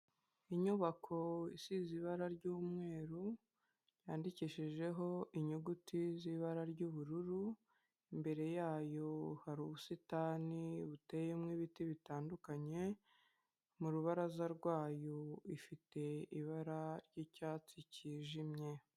Inyubako isize ibara ry'umweru yandikishijeho inyuguti z'ibara ry'ubururu. Imbere yayo hari ubusitani buteyemo ibiti bitandukanye, mu rubaraza rwayo ifite ibara ry'icyatsi cyijimye.